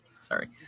Sorry